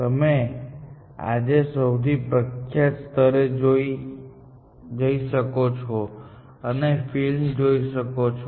તમે આજે સૌથી પ્રખ્યાત સ્થળે જઈ શકો છો અને ફિલ્મ જોઈ શકો છો